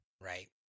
right